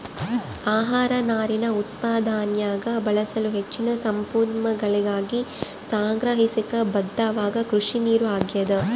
ಆಹಾರ ನಾರಿನ ಉತ್ಪಾದನ್ಯಾಗ ಬಳಸಲು ಹೆಚ್ಚಿನ ಸಂಪನ್ಮೂಲಗಳಿಗಾಗಿ ಸಂಗ್ರಹಿಸಾಕ ಬದ್ಧವಾದ ಕೃಷಿನೀರು ಆಗ್ಯಾದ